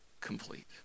complete